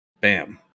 bam